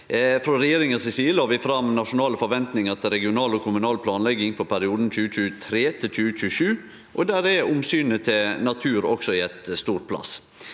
Frå regjeringa si side la vi fram nasjonale forventningar til regional og kommunal planlegging for perioden 2023– 2027, og der er omsynet til natur også gjeve stor plass.